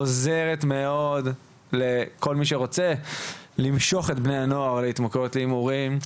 עוזרת מאוד לכל מי שרוצה למשוך את בני הנוער להתמכרויות להימורים,